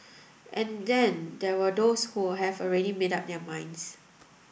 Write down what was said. and then there were those who have already made up their minds